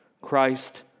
Christ